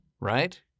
right